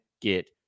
get